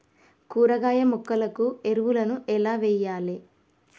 కూరగాయ మొక్కలకు ఎరువులను ఎలా వెయ్యాలే?